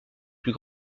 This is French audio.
plus